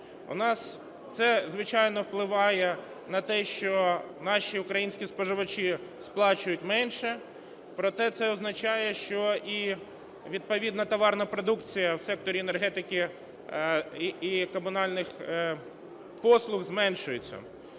У нас це, звичайно, впливає на те, що наші українські споживачі сплачують менше, проте це означає, що і відповідна товарна продукція в секторі енергетики і комунальних послуг зменшується.